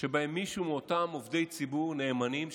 שבו מישהו מאותם עובדי ציבור נאמנים,